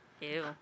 Ew